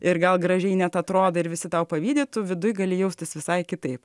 ir gal gražiai net atrodai ir visi tau pavydi tu viduj gali jaustis visai kitaip